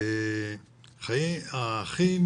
האחים